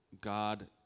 God